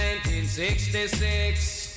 1966